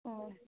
ಹ್ಞೂ